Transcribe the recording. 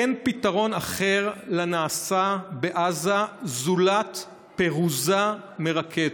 אין פתרון אחר לנעשה בעזה זולת פירוזה מרקטות.